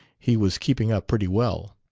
he was keeping up pretty well.